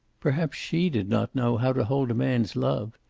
perhaps she did not know how to hold a man's love.